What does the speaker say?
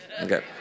Okay